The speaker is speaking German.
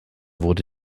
wurde